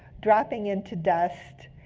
dropping into dust.